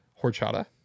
horchata